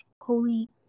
Holy